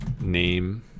name